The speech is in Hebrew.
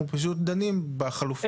אנחנו פשוט דנים בחלופות.